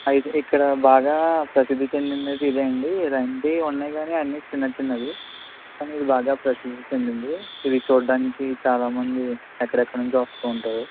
అది ఇక్కడ బాగా ప్రసిద్ధి చెందింది అయితే ఇదేనండి ఇలాంటివి ఉన్నాయి కానీ అన్ని చిన్న చిన్నవి కానీ ఇది బాగా ప్రసిద్ధి చెందింది ఇది చూడ్డానికి చాలామంది ఎక్కడెక్కడి నుంచో వస్తూ ఉంటారు